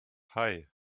hei